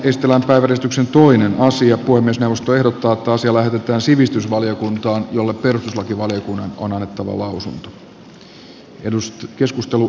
puhemiesneuvosto ehdottaa että asia voi myös joustojen tuotos ja lähetetään sivistysvaliokuntaan jolle perustuslakivaliokunnan on annettava lausunto